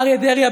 אריה דרעי,